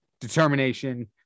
determination